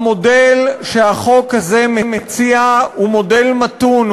המודל שהחוק הזה מציע הוא מודל מתון,